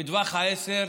בטווח העשר,